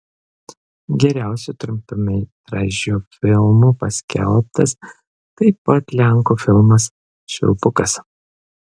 geriausiu trumpametražiu filmu paskelbtas taip pat lenkų filmas švilpukas